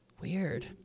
Weird